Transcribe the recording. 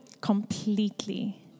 completely